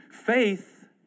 Faith